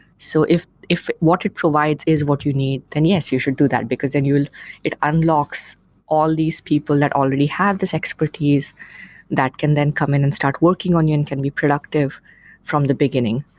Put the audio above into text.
so if if what it provides is what you need, then yes, you should do that, because then it unlocks all these people that already have these expertise that can then come in and start working on you and can be productive from the beginning.